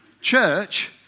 Church